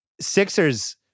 Sixers